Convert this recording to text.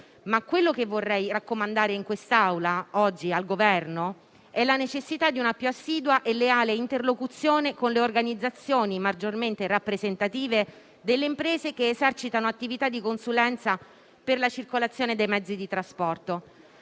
Ma ciò che vorrei raccomandare in quest'Aula, oggi, al Governo, è la necessità di una più assidua e leale interlocuzione con le organizzazioni maggiormente rappresentative delle imprese che esercitano attività di consulenza per la circolazione dei mezzi di trasporto.